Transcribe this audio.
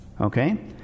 Okay